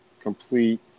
complete